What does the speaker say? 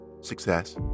success